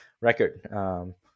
record